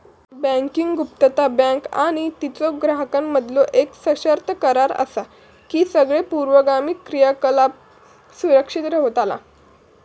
banking गुप्तता, bank आणि तिच्यो ग्राहकांमधीलो येक सशर्त करार असा की सगळे पूर्वगामी क्रियाकलाप सुरक्षित रव्हतला